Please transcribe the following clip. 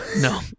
No